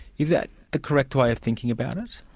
is that the correct way of thinking about it?